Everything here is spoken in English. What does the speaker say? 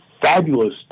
fabulous